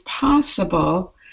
possible